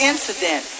incident